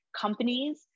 companies